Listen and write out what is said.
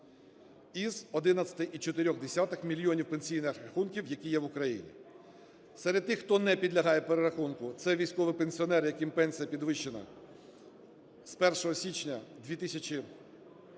із 11,4 мільйонів пенсійних рахунків, які є в Україні. Серед тих, хто не підлягає перерахунку, - це військові пенсіонери, яким пенсія підвищена з 1 січня 2019 року.